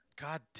God